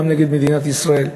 גם נגד מדינת ישראל.